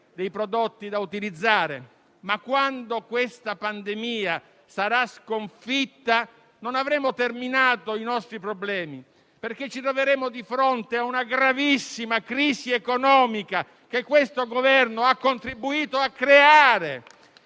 dei prodotti da utilizzare. Ma, quando questa pandemia sarà stata sconfitta, non avremo terminato i nostri problemi, perché ci troveremo di fronte a una gravissima crisi economica, che questo Governo ha contribuito creare.